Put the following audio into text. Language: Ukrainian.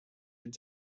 від